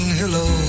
hello